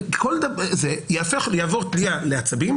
יהפוך לעצבים,